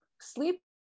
sleep